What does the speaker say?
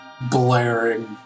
blaring